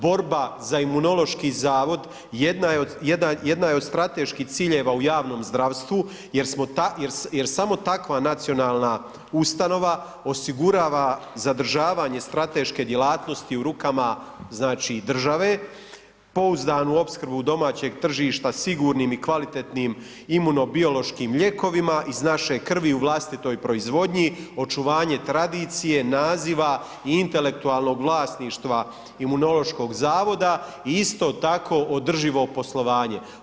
Borba za Imunološki zavod jedna je od strateških ciljeva u javnom zdravstvu jer samo takva nacionalna ustanova osigurava zadržavanje strateške djelatnosti u rukama znači države, pouzdanu opskrbu domaćeg tržišta sigurnim i kvalitetnim imunobiološkim lijekovima iz naše krvi u vlastitoj proizvodnji, očuvanje tradicije, naziva i intelektualnog vlasništva Imunološkog zavoda i isto tako održivo poslovanje.